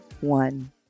one